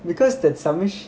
because that submiss~